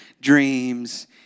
dreams